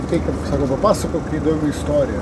ateik ir sako papasakok įdomių istoriją